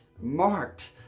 marked